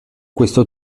questo